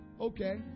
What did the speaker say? Okay